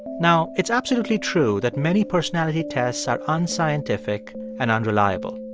now, it's absolutely true that many personality tests are unscientific and unreliable.